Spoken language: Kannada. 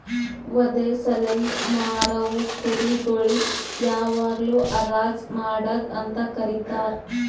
ವಧೆ ಸಲೆಂದ್ ಮಾರವು ಕುರಿ ಗೊಳಿಗ್ ಯಾವಾಗ್ಲೂ ಹರಾಜ್ ಮಾಡದ್ ಅಂತ ಕರೀತಾರ